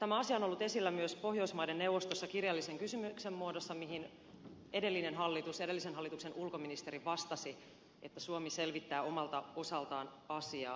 tämä asia on ollut esillä myös pohjoismaiden neuvostossa kirjallisen kysymyksen muodossa mihin edellisen hallituksen ulkoministeri vastasi että suomi selvittää omalta osaltaan asiaa